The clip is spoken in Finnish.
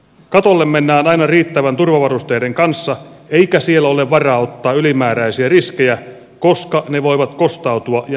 katolle mennään aina riittävien turvavarusteiden kanssa eikä siellä ole varaa ottaa ylimääräisiä riskejä koska ne voivat kostautua ja näkyä tilipussissa